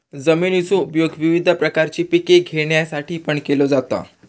जमिनीचो उपयोग विविध प्रकारची पिके घेण्यासाठीपण केलो जाता